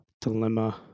dilemma